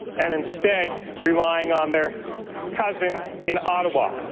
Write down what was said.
and instead relying on their cousin in ottawa.